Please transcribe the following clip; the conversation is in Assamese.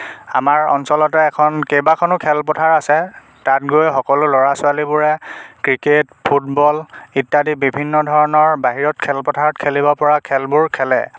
আমাৰ অঞ্চলতে এখন কেইবাখনো খেলপথাৰ আছে তাত গৈ সকলো ল'ৰা ছোৱালীবোৰে ক্ৰিকেট ফুটবল ইত্যাদি বিভিন্ন ধৰণৰ বাহিৰত খেলপথাৰত খেলিব পৰা খেলবোৰ খেলে